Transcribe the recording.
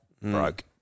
broke